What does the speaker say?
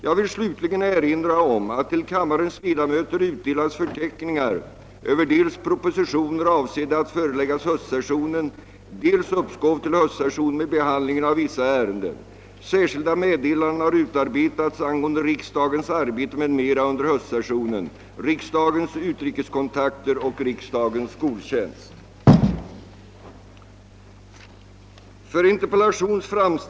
Jag vill slutligen erinra om att till kammarens ledamöter utdelats förteckningar över dels propositioner avsedda att föreläggas höstsessionen, dels uppskov till höstsessionen med behandlingen av vissa ärenden. Särskilda meddelanden har utarbetats angående riksdagens arbete m.m. under höstsessionen, riksdagens utrikeskontakter och riksdagens skoltjänst.